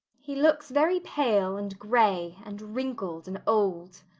he looks very pale, and grey, and wrinkled, and old.